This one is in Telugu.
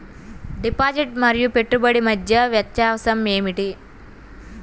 డిపాజిట్ మరియు పెట్టుబడి మధ్య వ్యత్యాసం ఏమిటీ?